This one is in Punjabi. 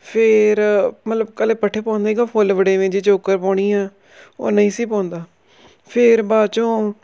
ਫਿਰ ਮਤਲਬ ਇਕੱਲੇ ਪੱਠੇ ਪਾਉਂਦਾ ਸੀਗਾ ਫੁੱਲ ਬੜੇਵੇਂ ਜੇ ਚੋਕਰ ਪਾਉਣੀ ਆ ਉਹ ਨਹੀਂ ਸੀ ਪਾਉਂਦਾ ਫਿਰ ਬਾਅਦ ਚੋਂ